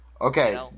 Okay